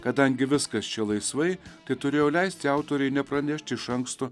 kadangi viskas čia laisvai tai turėjau leisti autoriui nepranešti iš anksto